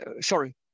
sorry